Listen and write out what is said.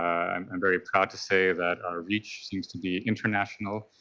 i am very proud to say that our reach seems to be international.